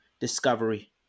discovery